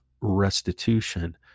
restitution